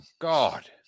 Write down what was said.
God